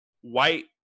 white